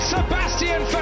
Sebastian